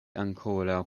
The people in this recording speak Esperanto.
ankoraŭ